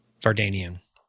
vardanian